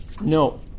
No